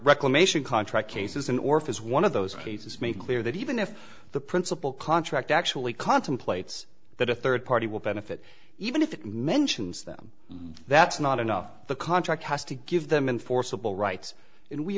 reclamation contract cases in orphans one of those cases make clear that even if the principle contract actually contemplates that a third party will benefit even if it mentions them that's not enough the contract has to give them in forcible rights and we